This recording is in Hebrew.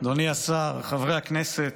אדוני השר, חברי הכנסת,